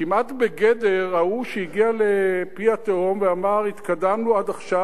כמעט בגדר ההוא שהגיע לפי התהום ואמר: התקדמנו עד עכשיו